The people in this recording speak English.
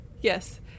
Yes